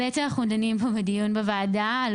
בעצם אנחנו דנים פה בדיון בוועדה על